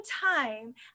time